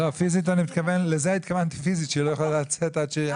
אני מתכוון שהיא לא יכולה לצאת עד שלא מוצאים את הכסף.